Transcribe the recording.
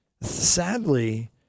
Sadly